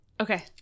Okay